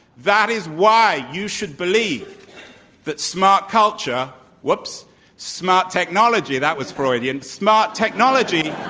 that is why you should believe that smart culture whoops smart technology that was freudian smart technology